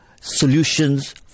solutions